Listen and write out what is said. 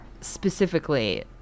specifically